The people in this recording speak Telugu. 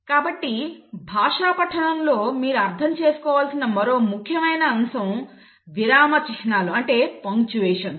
కాబట్టి భాషా పఠనంలో మీరు అర్థం చేసుకోవలసిన మరో ముఖ్యమైన అంశం విరామ చిహ్నాలు అంటే పంక్చుయేషన్స్